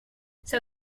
c’est